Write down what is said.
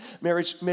Marriage